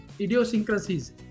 idiosyncrasies